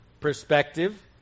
perspective